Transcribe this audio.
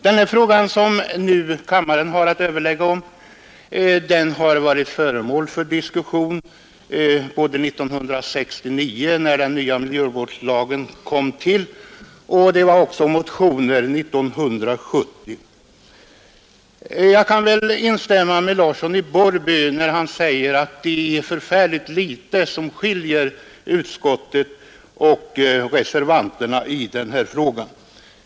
Den fråga som kammaren nu överlägger om har varit föremål för diskussion både 1969, när den nya miljöskyddslagen kom till, och år 1970 i anledning av de motioner som då väcktes. Jag kan instämma med herr Larsson i Borrby när han säger att det är förfärligt litet som skiljer utskottet och reservanterna i den här frågan.